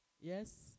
Yes